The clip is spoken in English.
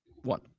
one